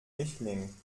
mischling